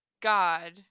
God